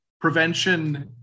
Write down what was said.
prevention